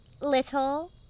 little